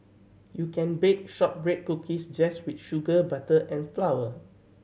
you can bake shortbread cookies just with sugar butter and flour